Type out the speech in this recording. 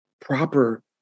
Proper